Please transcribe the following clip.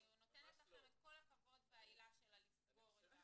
אני נותנת לכם את כל הכבוד וההילה של לסגור את ה-